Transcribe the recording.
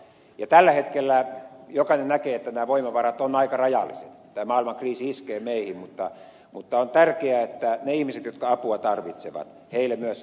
ja tällä hetkellä jokainen näkee että nämä voimavarat ovat aika rajalliset tämä maailmankriisi iskee meihin mutta on tärkeää että niille ihmisille jotka apua tarvitsevat myös sitä yhteiskunnan pitää antaa